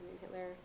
Hitler